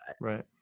right